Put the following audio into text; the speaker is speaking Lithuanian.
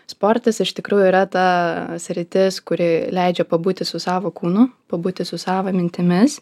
sportas iš tikrųjų yra ta sritis kuri leidžia pabūti su savo kūnu pabūti su savo mintimis